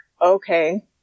okay